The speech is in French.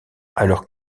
alors